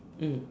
mm